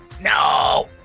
no